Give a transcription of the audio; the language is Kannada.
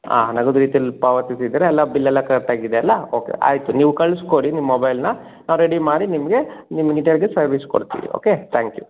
ಹಾಂ ನಗದು ರೀತಿಲಿ ಪಾವತಿಸಿದ್ದರೆ ಎಲ್ಲ ಬಿಲ್ ಎಲ್ಲ ಕರೆಕ್ಟ್ ಆಗಿದೆಯಲ್ಲ ಓಕೆ ಆಯಿತು ನೀವು ಕಳ್ಸಿ ಕೊಡಿ ನಿಮ್ಮ ಮೊಬೈಲನ್ನ ನಾವು ರೆಡಿ ಮಾಡಿ ನಿಮಗೆ ಕೊಡ್ತೀವಿ ಓಕೆ ತ್ಯಾಂಕ್ ಯು